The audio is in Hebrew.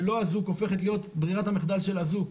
לא אזוק הופכת להיות ברירת המחדל של אזוק,